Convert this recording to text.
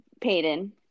Peyton